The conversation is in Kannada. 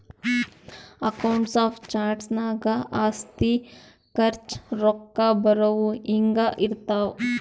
ಅಕೌಂಟ್ಸ್ ಆಫ್ ಚಾರ್ಟ್ಸ್ ನಾಗ್ ಆಸ್ತಿ, ಖರ್ಚ, ರೊಕ್ಕಾ ಬರವು, ಹಿಂಗೆ ಇರ್ತಾವ್